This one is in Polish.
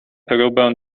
próbę